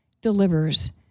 delivers